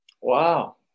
Wow